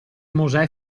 mosè